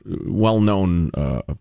well-known